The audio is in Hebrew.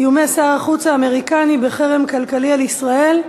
איומי שר החוץ האמריקני בחרם כלכלי על ישראל,